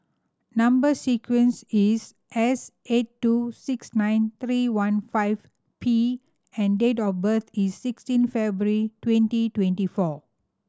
number sequence is S eight two six nine three one five P and date of birth is sixteen February twenty twenty four